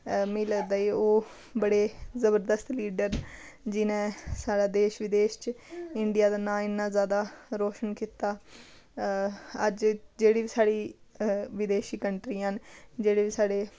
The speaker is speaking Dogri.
मिगी लगदा कि ओह् बड़े जबरदस्त लीडर न जिनें साढ़े देश बदेश च इंडिया दा नांऽ इ'न्ना ज्यादा रोशन कीता अज्ज जेह्ड़ी बी साढ़ी बदेशी कंट्रियां न जेह्ड़े बी साढ़े